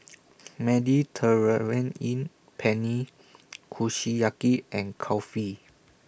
Mediterranean Penne Kushiyaki and Kulfi